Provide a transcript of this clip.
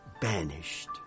banished